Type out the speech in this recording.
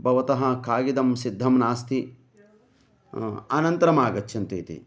भवतः कागदं सिद्धं नास्ति अनन्तरम् आगच्छन्तु इति